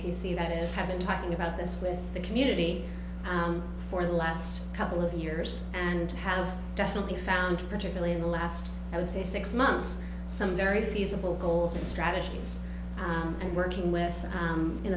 see that is have been talking about this with the community for the last couple of years and have definitely found particularly in the last i would say six months some very feasible goals and strategies and working with